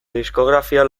diskografia